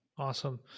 Awesome